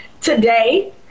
today